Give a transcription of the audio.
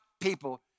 people